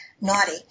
naughty